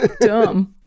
Dumb